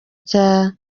cya